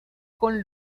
con